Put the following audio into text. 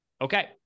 Okay